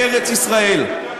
בארץ-ישראל.